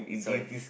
sorry